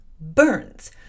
Burns